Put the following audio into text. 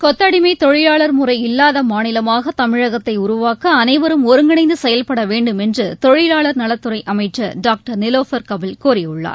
கொத்தடிமை தொழிலாளர் முறை இல்லாத மாநிலமாக தமிழகத்தை உருவாக்க அனைவரும் ஒருகிணைந்து செயல்பட வேண்டும் என்று தொழிலாளர் நலத்துறை அமைச்சர் டாக்டர் நிலோபர் கபில் கூறியுள்ளார்